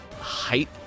height